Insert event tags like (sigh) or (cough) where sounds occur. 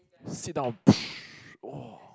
sit down (noise) !wah!